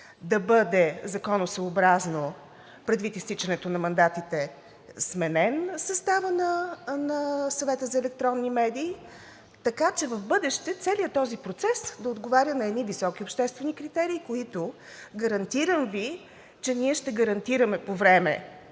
да бъде законосъобразно, предвид изтичането на мандатите, сменен съставът на Съвета за електронни медии, така че в бъдеще целият този процес да отговаря на едни високи обществени критерии, които, гарантирам Ви, че ние ще гарантираме по време